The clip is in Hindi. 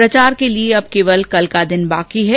प्रचार के लिए अब केवल एक दिन बाकी है